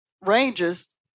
ranges